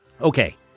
Okay